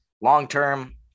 long-term